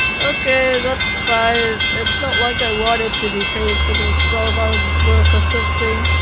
okay, that's fine, it's not like i wanted to be paid for those twelve hours of work or something,